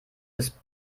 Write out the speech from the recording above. ist